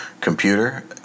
computer